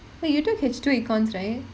wait you took history economics right